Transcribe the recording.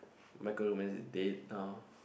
my chemical romance is dead now